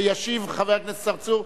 ישיב חבר הכנסת צרצור.